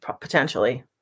potentially